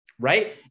Right